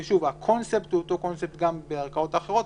הקונספט הוא אותו קונספט גם בערכאות האחרות,